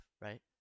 right